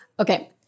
Okay